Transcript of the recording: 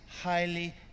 highly